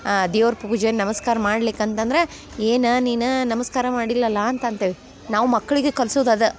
ದೇವ್ರ ಪೂಜೆ ನಮಸ್ಕಾರ ಮಾಡ್ಲಿಕ್ಕೆ ಅಂತಂದ್ರೆ ಏನು ನೀನು ನಮಸ್ಕಾರ ಮಾಡಿಲ್ಲಲ್ಲ ಅಂತ ಅಂತೇವೆ ನಾವು ಮಕ್ಕಳಿಗೆ ಕಲ್ಸುದು ಅದೇ